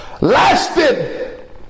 lasted